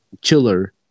chiller